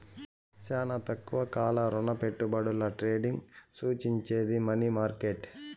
శానా తక్కువ కాల రుణపెట్టుబడుల ట్రేడింగ్ సూచించేది మనీ మార్కెట్